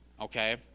Okay